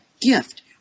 gift